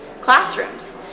classrooms